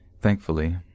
Thankfully